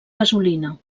gasolina